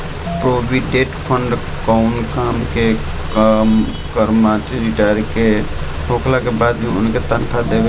provident fund कअ काम करमचारिन के रिटायर होखला के बाद भी उनके तनखा देहल हवे